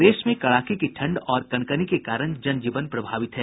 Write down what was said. प्रदेश में कड़ाके की ठंड और कनकनी के कारण जनजीवन प्रभावित है